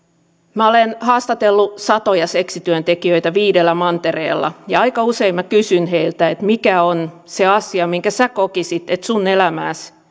minä olen haastatellut satoja seksityöntekijöitä viidellä mantereella ja aika usein minä kysyn heiltä että mikä on se asia minkä sinä kokisit että sinun elämääsi